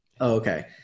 Okay